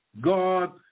God